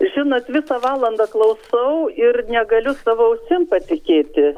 žinot visą valandą klausau ir negaliu savo ausim patikėti